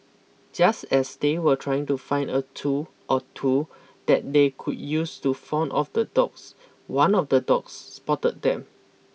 just as they were trying to find a tool or two that they could use to fend off the dogs one of the dogs spotted them